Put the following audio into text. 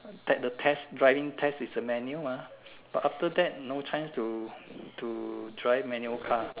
at the test driving test is a manual mah but after that no chance to drive manual car